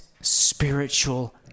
spiritual